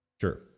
Sure